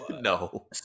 no